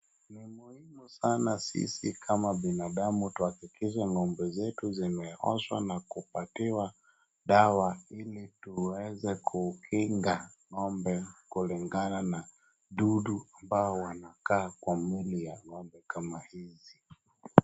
Ni muhimu sana sisi kama binadamu twakikishe ng'ombe zetu zimeoshwa na kupatiwa dawa ili tuweze kukinga ng'ombe kulingangana na dudu ambao wanakaa kwa mwili ya ng'ombe kama hizi.